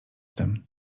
tym